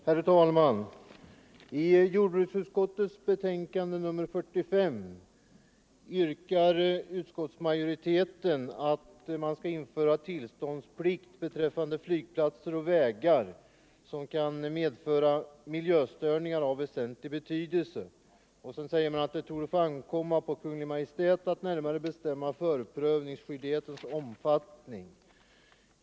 Herr talman! I jordbruksutskottets betänkande nr 45 yrkar utskottsmajoriteten att tillståndsplikt skall införas beträffande flygplatser och vägar som kan medföra miljöstörningar av väsentlig betydelse, och så säger majoriteten att det torde få ankomma på Kungl. Maj:t att närmare bestämma förprövningsskyldighetens omfattning.